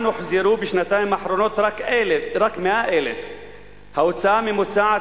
הוחזרו בשנתיים האחרונות רק 100,000. ההוצאה הממוצעת